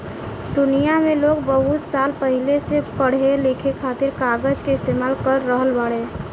दुनिया में लोग बहुत साल पहिले से पढ़े लिखे खातिर कागज के इस्तेमाल कर रहल बाड़े